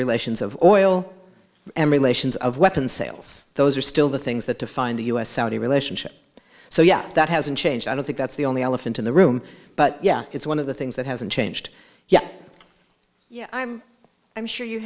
relations of oil and relations of weapons sales those are still the things that define the us saudi relationship so yeah that hasn't changed i don't think that's the only elephant in the room but yeah it's one of the things that hasn't changed yet i'm i'm sure you